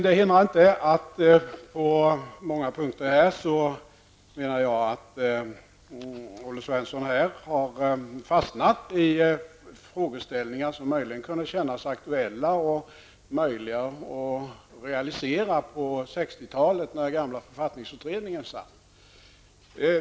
Det hindrar inte att jag på många punkter menar att Olle Svensson har fastnat i frågeställningar, som möjligen kunde kännas aktuella och möjliga att realisera på 60 talet, när gamla författningsutredningen arbetade.